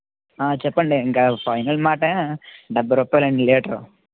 చెప్పండి ఇంకా ఫైనల్ మాట డెబ్బై రూపాయలు అండి లీటరు